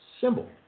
symbol